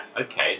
okay